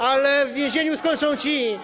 Ale w więzieniu skończą ci.